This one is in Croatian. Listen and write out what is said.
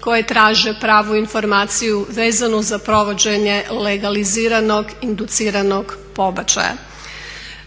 koja traži pravu informaciju vezanu za provođenje legaliziranog induciranog pobačaja.